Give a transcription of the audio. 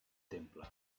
temple